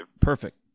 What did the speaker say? Perfect